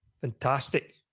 fantastic